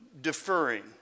deferring